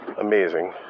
Amazing